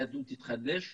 היהדות תיחלש,